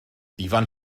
ifan